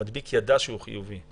המדביק ידע שהוא חיובי.